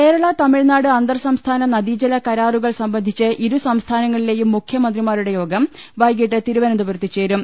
കേരള തമിഴ്നാട് അന്തർസംസ്ഥാന നദീജല കരാറുകൾ സംബന്ധിച്ച് ഇരുസംസ്ഥാനങ്ങളിലെയും മുഖ്യമന്ത്രിമാരുടെ യോഗം വൈകിട്ട് തിരുവനന്തപുരത്ത് ചേരും